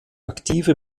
aktive